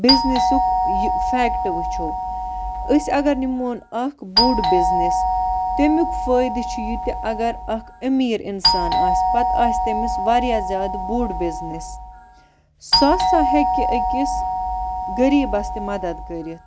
بِزنٮ۪سُک یہِ فیکٹ وٕچھو أسۍ اگر نمون اکھ بوٚڑ بِزنٮ۪س تمیُک فٲیِدٕ چھُ یِتہِ اگر اکھ امیٖر اِنسان آسہِ پَتہٕ آسہِ تمِس واریاہ زیادٕ بوٚڑ بِزنٮ۪س سُہ ہَسا ہیٚکہِ أکِس غریبَس تہِ مَدد کٔرِتھ